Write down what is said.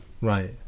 Right